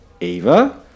Eva